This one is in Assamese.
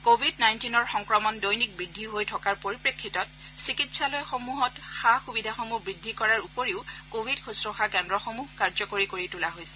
কোৱিড নাইণ্টিনৰ সংক্ৰমণ দৈনিক বৃদ্ধি হৈ থকাৰ পৰিপ্ৰেক্ষিতত চিকিৎসালয়সমূহত সা সুবিধাসমূহ বৃদ্ধি কৰাৰ উপৰিও কোৱিড শুশ্ৰূষা কেন্দ্ৰসমূহ কাৰ্য্যকৰী কৰি তোলা হৈছে